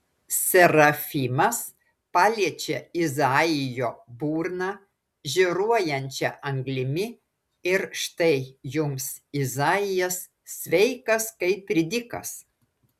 serafimas paliečia izaijo burną žėruojančia anglimi ir štai jums izaijas sveikas kaip ridikas